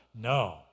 No